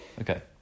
Okay